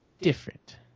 Different